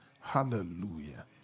Hallelujah